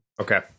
Okay